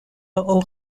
aux